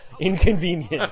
inconvenient